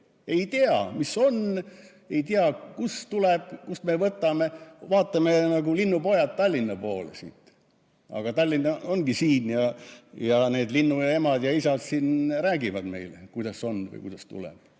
Ei tea, mis on, ei tea, kust [raha] tuleb, kust me [seda] võtame – vaatame nagu linnupojad Tallinna poole. Aga Tallinn ongi siin ja need linnuemad ja -isad siin räägivad meile, kuidas on või kust tuleb.